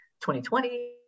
2020